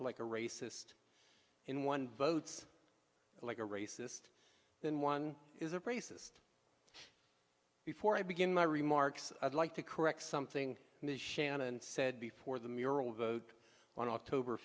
like a racist in one votes like a racist then one is a racist before i begin my remarks i'd like to correct something that shannon said before the mural vote on october